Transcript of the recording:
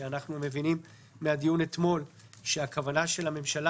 שאנחנו מבינים מן הדיון אתמול שהכוונה של הממשלה